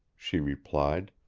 she replied.